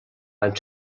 van